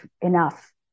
enough